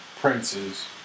Princes